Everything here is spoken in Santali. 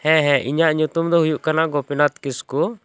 ᱦᱮᱸ ᱦᱮᱸ ᱤᱧᱟ ᱜ ᱧᱩᱛᱩᱢ ᱫᱚ ᱦᱩᱭᱩᱜ ᱠᱟᱱᱟ ᱜᱳᱯᱤᱱᱟᱛᱷ ᱠᱤᱥᱠᱩ